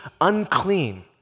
unclean